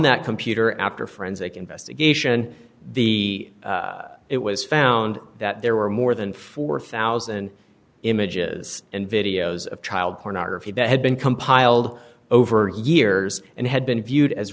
that computer after forensic investigation the it was found that there were more than four thousand dollars images and videos of child pornography that had been compiled over the years and had been viewed as